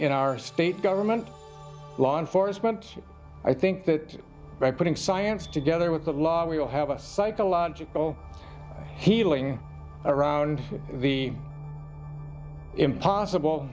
in our state government law enforcement i think that by putting science together with the law we will have a psychological healing around the impossible